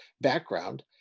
background